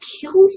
kills